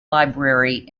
library